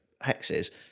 hexes